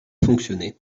fonctionner